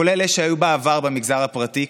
כולל אלה שהיו בעבר במגזר הפרטי,